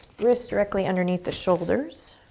wrists directly underneath the shoulders.